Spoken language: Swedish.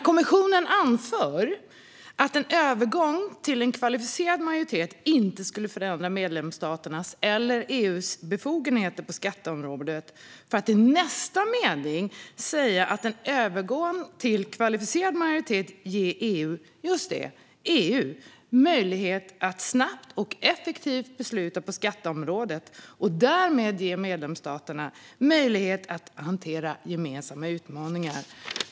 Kommissionen anför att en övergång till kvalificerad majoritet inte skulle förändra medlemsstaternas eller EU:s befogenheter på skatteområdet. I nästa mening säger kommissionen att en övergång till kvalificerad majoritet skulle ge EU - just det: EU - möjlighet att snabbt och effektivt besluta på skatteområdet och därmed ge medlemsstaterna möjlighet att hantera gemensamma utmaningar.